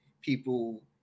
people